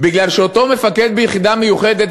כי אותו מפקד מהיחידה המיוחדת,